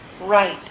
right